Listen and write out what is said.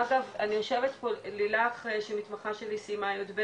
אגב יושבת פה לילך שהיא מתמחה שלי סיימה את י"ב,